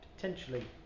potentially